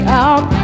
out